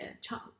chunk